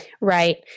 Right